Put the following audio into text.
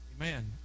Amen